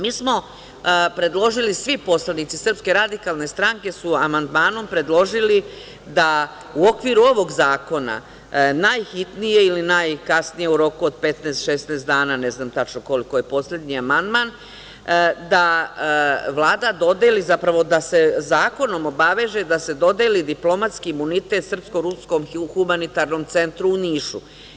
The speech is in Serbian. Mi smo predložili, svi poslanici SRS su amandmanom predložili da u okviru ovog zakona, najhitnije ili najkasnije u roku od 15, 16 dana, ne znam tačno koliko je poslednji amandman, da Vlada dodeli, zapravo da se zakonom obaveže da se dodeli diplomatski imunitet srpsko-ruskom humanitarnom centru u Nišu.